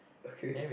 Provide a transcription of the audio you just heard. okay